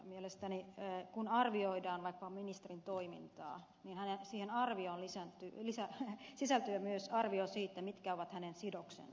mielestäni kun arvioidaan vaikkapa ministerin toimintaa siihen arvioon sisältyy myös arvio siitä mitkä ovat hänen sidoksensa